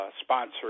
sponsor